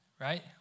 right